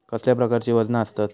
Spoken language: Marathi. कसल्या प्रकारची वजना आसतत?